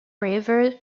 river